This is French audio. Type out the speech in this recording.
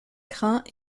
craint